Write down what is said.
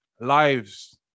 lives